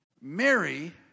Mary